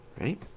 Right